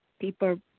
people